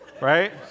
right